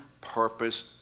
purpose